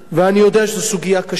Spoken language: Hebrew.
ואני יודע שזו סוגיה קשה.